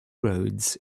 roads